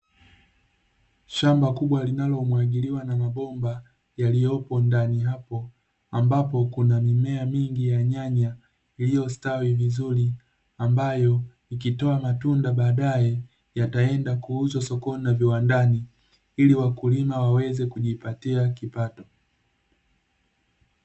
Shamba kubwa linalomwagiliwa na mabomba yaliyopo ndani hapo, ambapo kuna mimea mingi ya nyanya iliyostawi vizuri, ambayo ikitoa matunda baadae yataenda kuuzwa sokoni na viwandani, ili wakulima waweze kujipatia kipato.